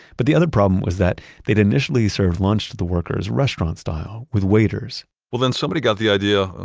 but the other problem was that they'd initially served lunch to the workers restaurant-style with waiters well, then somebody got the idea,